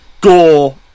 Gore